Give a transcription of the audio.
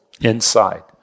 inside